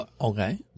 Okay